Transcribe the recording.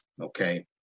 Okay